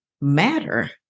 Matter